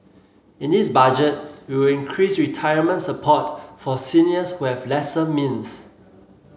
in this Budget we will increase retirement support for seniors who have lesser means